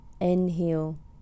Inhale